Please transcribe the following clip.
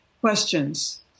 questions